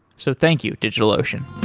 so thank you, digitalocean